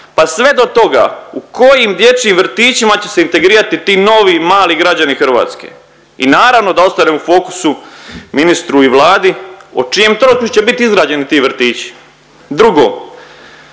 pa sve do toga u kojim dječjim vrtićima će se integrirati ti novi mali građani Hrvatske. I naravno da ostane u fokusu ministru i Vladi o čijem trošku će biti izgrađeni ti vrtići. Drugo,